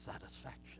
satisfaction